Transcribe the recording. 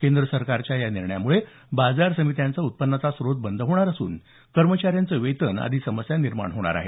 केंद्र सरकारच्या या निर्णयामुळे बाजार समित्यांचा उत्पन्नाचा स्रोत बंद होणार असून कर्मचाऱ्यांच वेतन आदी समस्या निर्माण होणार आहेत